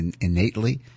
innately